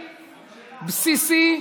בסיסי,